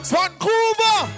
Vancouver